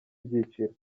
byiciro